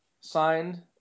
signed